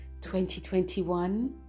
2021